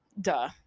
duh